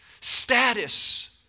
status